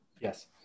Yes